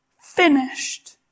Finished